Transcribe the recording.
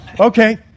Okay